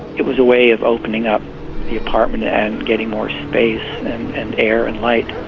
it was a way of opening up the apartment and getting more space and air and light